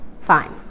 Fine